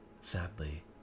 Sadly